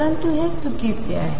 परंतु हे चुकीचे आहे